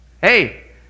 Hey